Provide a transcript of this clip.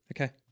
Okay